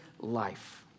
life